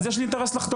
אז יש לי אינטרס לחתום.